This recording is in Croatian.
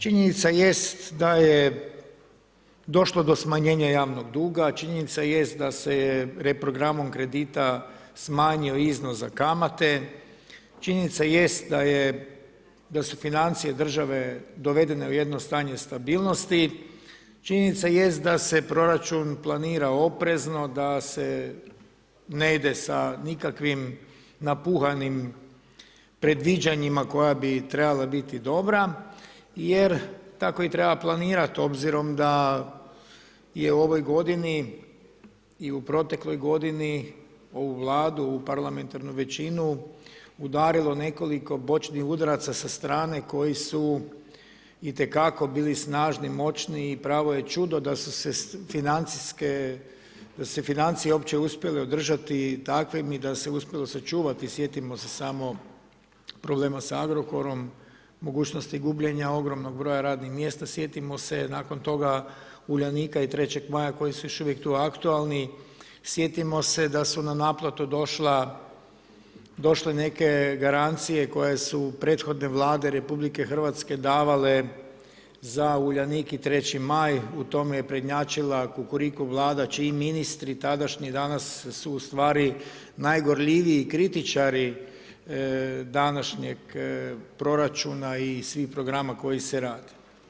Činjenica jest da je došlo do smanjenja javnog duga, činjenica jest da se je reprogramom kredita smanjio iznos za kamate, činjenica jest da su financije države dovedene u jedno stanje stabilnosti, činjenica jest da se proračun planira oprezno, da se ne ide sa nikakvim napuhanim predviđanjima koja bi trebala biti dobra, jer tako i treba planirat, obzirom da je u ovoj godini i u protekloj godini ovu Vladu, ovu parlamentarnu većinu, udarilo nekoliko bočnih udaraca sa strane koji su itekako bili snažni, moćni i pravo je čudo da su se financijske, da su se financije uopće uspjele održati takvim i da se uspjelo sačuvati, sjetimo se samo problema sa Agrokorom, mogućnosti gubljenja ogromnog broja radnih mjesta, sjetimo se nakon toga Uljanika i 3. Maja koji su još uvijek tu aktualni, sjetimo se da su na naplatu došla, došli neke garancije koje su prethodne Vlade Republike Hrvatske davale za Uljanik i 3. Maj, u tome je prednjačila Kukuriku Vlada čiji ministri tadašnji, danas su u stvari najgorljiviji kritičari današnjeg proračuna i svih programa koji se rade.